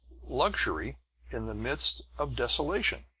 luxury in the midst of desolation!